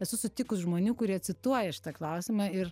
esu sutikus žmonių kurie cituoja šitą klausimą ir